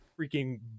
freaking